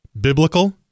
Biblical